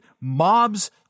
mobs